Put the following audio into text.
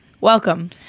Welcome